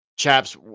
Chaps